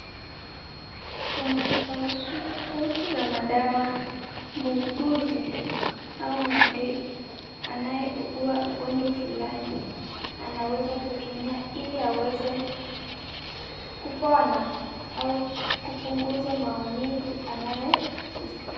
Kuna tofauti tofauti za madawa. Muuguzi ama anayeugua ugonjwa fulani anawezakutumia ili aweze kupona au kupunguza maumivu anayoiskia.